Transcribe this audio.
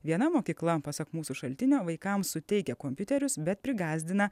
viena mokykla pasak mūsų šaltinio vaikams suteikia kompiuterius bet prigąsdina